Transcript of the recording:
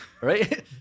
Right